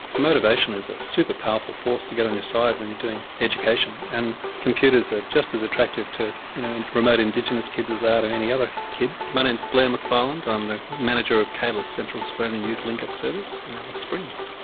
motivation is a super-powerful force to get on your side when you're doing education, and computers are just as attractive to you know and remote indigenous kids as they are to any other kid. my name is blair mcfarland, i'm the manager of caylus, central australian youth link-up service, in alice springs.